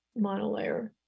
monolayer